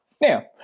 Now